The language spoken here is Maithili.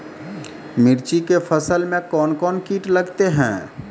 मिर्ची के फसल मे कौन कौन कीट लगते हैं?